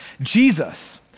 Jesus